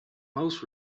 most